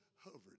hovered